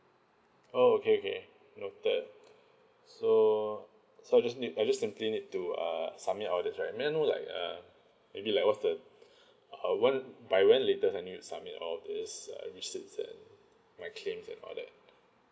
oh okay okay noted so so I just need I just simply need to uh submit all these right may I know like err maybe like what's the uh what uh by when latest I need to submit all these uh receipts and my claims and all that